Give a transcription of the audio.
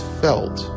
felt